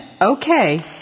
Okay